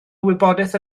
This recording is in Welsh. wybodaeth